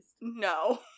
no